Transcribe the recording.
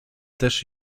też